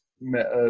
met